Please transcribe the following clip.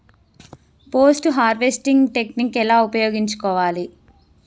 Post harvesting technique ఎలా ఉపయోగించుకోవాలి?